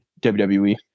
WWE